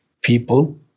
people